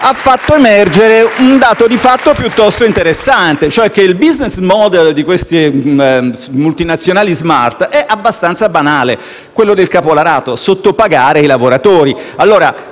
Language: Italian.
ha fatto emergere un dato di fatto piuttosto interessante. Il *business model* delle multinazionali *smart* è abbastanza banale: è quello del caporalato e, cioè sottopagare i lavoratori.